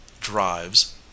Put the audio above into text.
drives